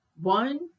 One